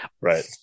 Right